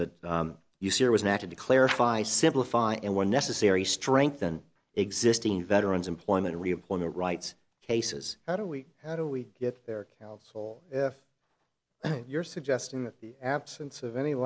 that you see it was not to declare fy simplify and when necessary strengthen existing veterans employment reemployment rights cases how do we how do we get there counsel if you're suggesting that the absence of any